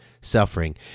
Suffering